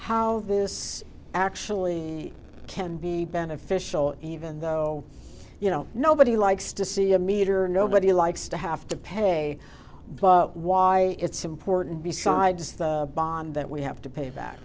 how this actually can be beneficial even though you know nobody likes to see a meter nobody likes to have to pay but why it's important besides the bond that we have to pay